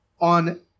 on